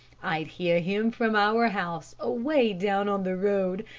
i'd hear him from our house away down on the road,